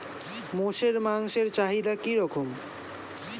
মোষের মাংসের চাহিদা কি রকম?